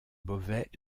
beauvais